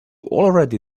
already